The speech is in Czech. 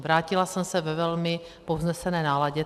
Vrátila jsem se ve velmi povznesené náladě.